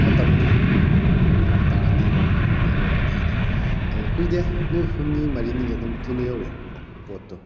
ꯃꯇꯝ ꯄꯤ ꯅꯨꯃꯤꯠ ꯇꯔꯥꯅꯤ ꯐꯥꯎ ꯃꯅꯨꯡꯗ ꯌꯧꯔꯛꯀꯅꯤ ꯍꯥꯏꯅ ꯑꯗꯣ ꯀꯨꯏꯗꯦ ꯅꯨꯃꯤꯠ ꯍꯨꯝꯅꯤ ꯃꯔꯤꯅꯤꯗ ꯑꯗꯨꯝ ꯊꯨꯅ ꯌꯧꯔꯛꯏ ꯄꯣꯠꯇꯣ